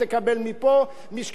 משקפיים ייתנו לך מפה,